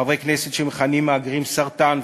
חברי כנסת המכנים מהגרים "סרטן",